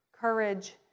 Courage